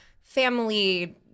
family –